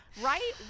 Right